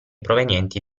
provenienti